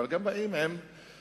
אבל הם גם באים עם התחייבויות,